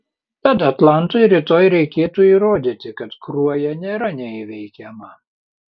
tad atlantui rytoj reikėtų įrodyti kad kruoja nėra neįveikiama